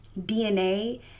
dna